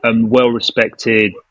well-respected